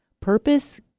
Purpose